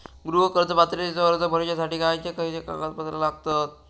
गृह कर्ज पात्रतेचो अर्ज भरुच्यासाठी खयचे खयचे कागदपत्र लागतत?